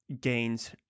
gains